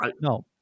no